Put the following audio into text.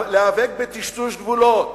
להיאבק בטשטוש גבולות,